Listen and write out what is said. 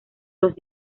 los